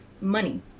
money